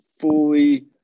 fully